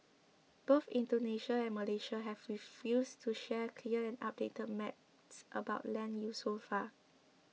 both Indonesia and Malaysia have refused to share clear and updated maps about land use so far